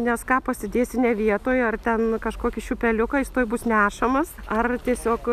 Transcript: nes ką pasidėsi ne vietoj ar ten kažkokį šiupeliuką jis tuoj bus nešamas ar tiesiog